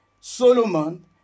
Solomon